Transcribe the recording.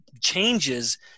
changes